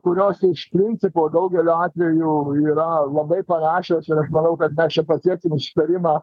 kurios iš principo daugeliu atvejų yra labai panašios ir aš manau kad mes čia pasieksim susitarimą